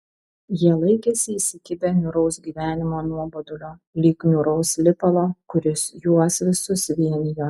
jie laikėsi įsikibę niūraus gyvenimo nuobodulio lyg niūraus lipalo kuris juos visus vienijo